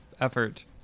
effort